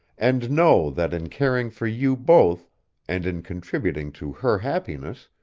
and know that in caring for you both and in contributing to her happiness,